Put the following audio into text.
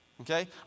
Okay